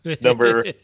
number